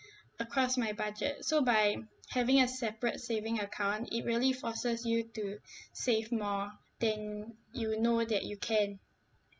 across my budget so by having a separate saving account it really forces you to save more then you know that you can